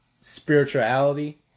spirituality